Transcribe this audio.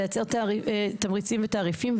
לייצר תמריצים ותעריפים,